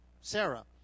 Sarah